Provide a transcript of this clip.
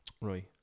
Right